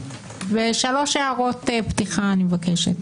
ושלוש הערות פתיחה אני מבקשת: